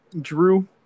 drew